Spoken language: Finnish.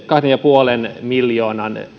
kahden pilkku viiden miljoonan